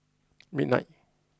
midnight